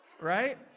right